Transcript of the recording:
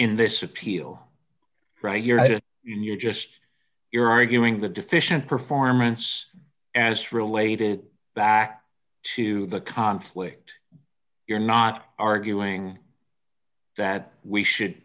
in this appeal right here that you're just you're arguing the deficient performance as related back to the conflict you're not arguing that we should